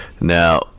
Now